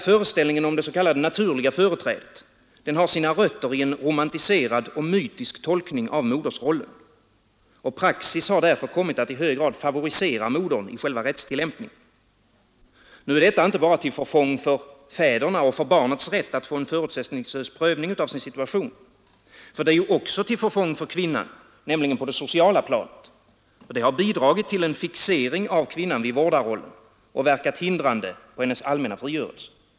Föreställningen om det s.k. naturliga företrädet har sina rötter i en romantiserad och mytisk tolkning av modersrollen. Praxis har därför kommit att i hög grad favorisera modern i själva rättstillämpningen. Detta är inte bara till förfång för fäderna och för barnets rätt att få en förutsättningslös prövning av sin situation; det är också till förfång för kvinnan, nämligen på det sociala planet. Det har bidragit till en fixering av kvinnan vid vårdarrollen och verkat hindrande på hennes allmänna frigörelse.